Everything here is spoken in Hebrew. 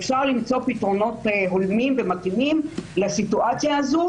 אפשר למצוא פתרונות הולמים ומתאימים לסיטואציה הזאת,